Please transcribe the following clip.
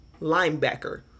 linebacker